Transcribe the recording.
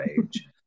age